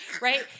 Right